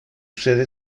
sede